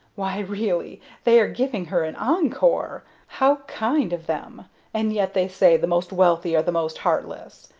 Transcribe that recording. why, really, they are giving her an encore! how kind of them and yet they say the most wealthy are the most heartless.